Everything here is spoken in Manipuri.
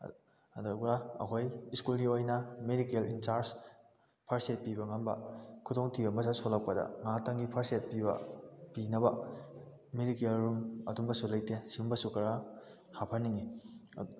ꯑꯗꯨꯒ ꯑꯩꯈꯣꯏ ꯁ꯭ꯀꯨꯜꯒꯤ ꯑꯣꯏꯅ medical in charge first aid ꯄꯤꯕ ꯉꯝꯕ ꯈꯨꯗꯣꯡ ꯊꯤꯕ ꯁꯣꯛꯂꯛꯄꯗ ꯉꯥꯏꯍꯥꯛꯇꯪꯒꯤ ꯐꯥꯔꯁ ꯑꯦꯗ ꯄꯤꯕ ꯄꯤꯅꯕ ꯃꯦꯗꯤꯀꯦꯜ ꯔꯨꯝ ꯑꯗꯨꯒꯨꯝꯕꯁꯨ ꯂꯩꯇꯦ ꯁꯤꯒꯨꯝꯕꯁꯨ ꯈꯔ ꯍꯥꯞꯍꯟꯅꯤꯡꯏ